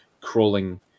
crawling